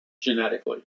genetically